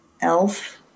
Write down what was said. elf